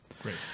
Great